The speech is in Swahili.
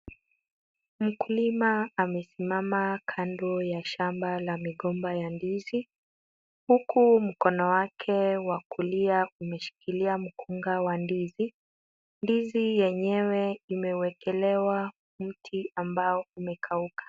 Mkulima amesimama kando ya shamba la migomba ya ndizi, huku mkono wake wa kulia umeshikilia mkunga wa ndizi. Ndizi yenyewe imeekelewa mti ambao umekauka.